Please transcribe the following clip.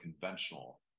conventional